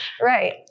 Right